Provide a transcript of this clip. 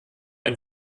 ein